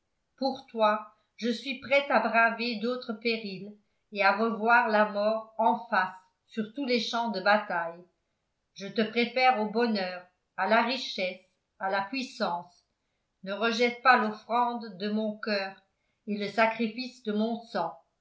pour toi je suis prêt à braver d'autres périls et à revoir la mort en face sur tous les champs de bataille je te préfère au bonheur à la richesse à la puissance ne rejette pas l'offrande de mon coeur et le sacrifice de mon sang